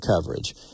coverage